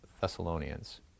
Thessalonians